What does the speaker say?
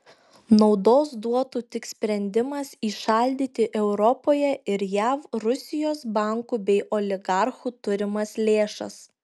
naudos duotų tik sprendimas įšaldyti europoje ir jav rusijos bankų bei oligarchų turimas lėšas